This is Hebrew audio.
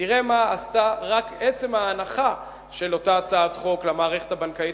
תראה מה עשתה רק עצם ההנחה של אותה הצעת חוק למערכת הבנקאית.